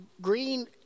green